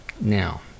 Now